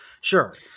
Sure